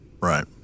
Right